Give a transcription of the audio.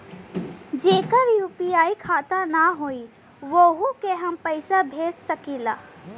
जेकर यू.पी.आई खाता ना होई वोहू के हम पैसा भेज सकीला?